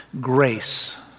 Grace